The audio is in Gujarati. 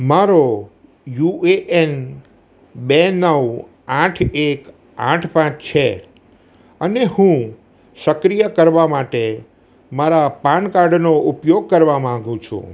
મારો યુ એ એન બે નવ આઠ એક આઠ પાંચ છે અને હું સક્રિય કરવા માટે મારા પાન કાર્ડનો ઉપયોગ કરવા માગું છું